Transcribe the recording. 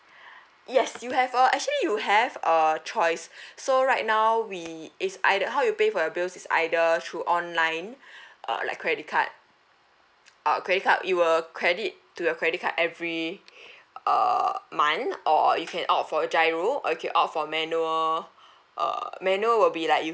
yes you have a actually you have a choice so right now we it's either how you pay for your bills is either through online err like credit card err credit card it will credit to your credit card every uh month or you can opt for GIRO or you can opt for manual uh manual will be like you